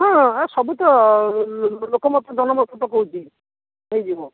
ହଁ ଆଉ ସବୁ ତ ଲୋକ ମତ ଜନମତ ତ କହୁଛି ହେଇଯିବ